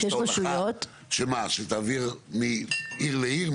רשת הולכה שתעביר מעיר לעיר?